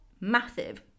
massive